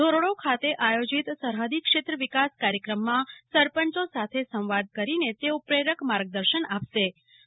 ધોરડીખાતે આથીજિત સરફદી ક્ષેત્ર વિકાસ કાર્યક્રમમાં સરપંચ સાથે સંવાદ કરીને તેઓ પ્રેરક માર્ગદર્શન આપશ્રી